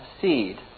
seed